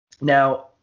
now